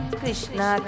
Krishna